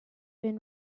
been